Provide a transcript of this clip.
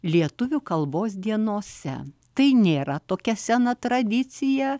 lietuvių kalbos dienose tai nėra tokia sena tradicija